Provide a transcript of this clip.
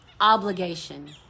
Obligation